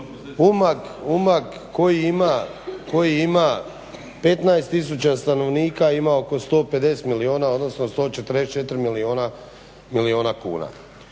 Umag koji ima 15 tisuća stanovnika ima oko 150 milijuna, odnosno 144 milijuna kuna.